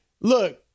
look